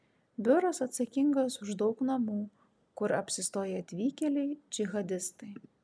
biuras atsakingas už daug namų kur apsistoję atvykėliai džihadistai